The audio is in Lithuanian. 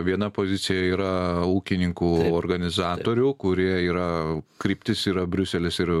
viena pozicija yra ūkininkų organizatorių kurie yra kryptis yra briuselis ir